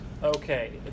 Okay